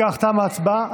אם כך, תמה ההצבעה.